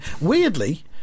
Weirdly